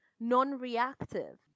non-reactive